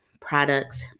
products